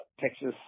Texas